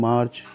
March